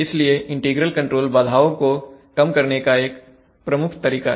इसलिए integral control बाधाओं को कम करने का एक प्रमुख तरीका है